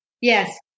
Yes